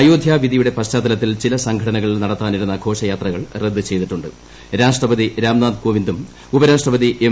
അയോധ്യാവിധിയുടെ പശ്ചാത്തലത്തിൽചിലസംഘടനകൾ നടത്താനിരുന്ന ഘോഷയാത്രകൾ രാഷ്ട്രപതിരാംനാഥ്കോവിന്ദും ഉപരാഷ്ട്രപതി എം